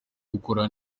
gukora